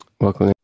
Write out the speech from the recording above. welcome